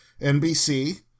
NBC